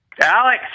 Alex